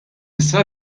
issa